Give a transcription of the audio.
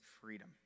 freedom